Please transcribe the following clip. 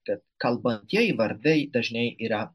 kad kalbantieji vardai dažnai yra